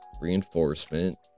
reinforcement